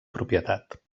propietat